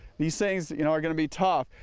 these things you know are going to be tough.